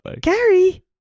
Gary